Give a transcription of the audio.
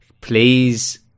please